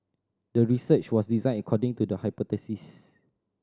the research was designed according to the hypothesis